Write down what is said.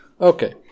Okay